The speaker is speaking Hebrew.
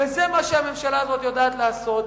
וזה מה שהממשלה הזאת יודעת לעשות.